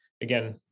again